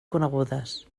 conegudes